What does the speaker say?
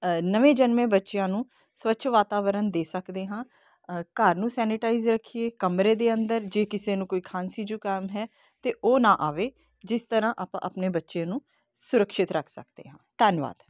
ਨਵੇਂ ਜਨਮੇ ਬੱਚਿਆਂ ਨੂੰ ਸਵੱਛ ਵਾਤਾਵਰਨ ਦੇ ਸਕਦੇ ਹਾਂ ਘਰ ਨੂੰ ਸੈਨੀਟਾਈਜ਼ ਰੱਖੀਏ ਕਮਰੇ ਦੇ ਅੰਦਰ ਜੇ ਕਿਸੇ ਨੂੰ ਕੋਈ ਖਾਂਸੀ ਜ਼ੁਕਾਮ ਹੈ ਤਾਂ ਉਹ ਨਾ ਆਵੇ ਜਿਸ ਤਰ੍ਹਾਂ ਆਪਾਂ ਆਪਣੇ ਬੱਚੇ ਨੂੰ ਸੁਰੱਖਿਅਤ ਰੱਖ ਸਕਦੇ ਹਾਂ ਧੰਨਵਾਦ